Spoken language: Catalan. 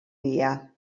dia